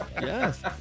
yes